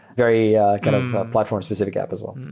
very kind of platform-specific app as well.